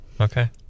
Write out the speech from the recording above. Okay